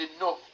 enough